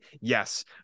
Yes